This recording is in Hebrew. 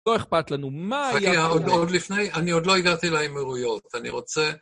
לא אכפת לנו, מה יהיה? רגע, עוד לפני, אני עוד לא הגעתי לאמירויות, אני רוצה...